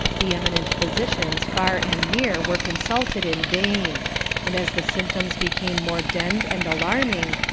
the eminent physicians far and near were consulted in vain and as the symptoms became more denned and alarming,